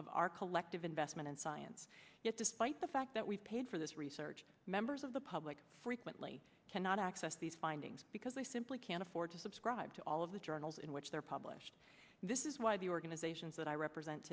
of our collective investment in science yet despite the fact that we paid for this research members of the public frequently cannot access these findings because we simply can't afford to subscribe to all of the journals in which they're published this is why the organizations that i represent